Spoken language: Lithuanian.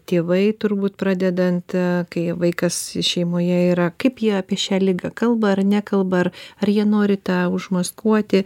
tėvai turbūt pradedant ė kai vaikas šeimoje yra kaip jie apie šią ligą kalba ar nekalba ar ar jie nori tą užmaskuoti